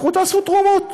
לכו תאספו תרומות.